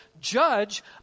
Judge